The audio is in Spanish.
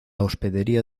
hospedería